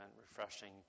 refreshing